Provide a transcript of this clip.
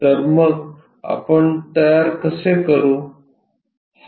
तर मग आपण तयार कसे करू